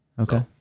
Okay